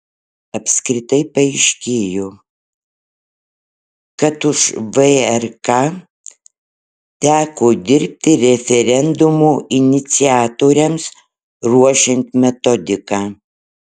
apskritai paaiškėjo kad už vrk teko dirbti referendumo iniciatoriams ruošiant metodiką